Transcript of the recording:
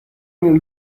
nel